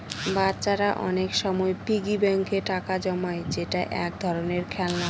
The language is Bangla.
বাচ্চারা অনেক সময় পিগি ব্যাঙ্কে টাকা জমায় যেটা এক ধরনের খেলনা